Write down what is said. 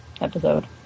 episode